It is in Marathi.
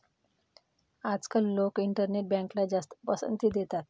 आजकाल लोक इंटरनेट बँकला जास्त पसंती देतात